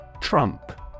Trump